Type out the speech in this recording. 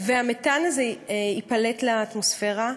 והמתאן הזה ייפלט לאטמוספרה,